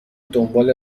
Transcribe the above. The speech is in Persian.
دنبال